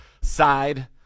side